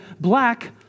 black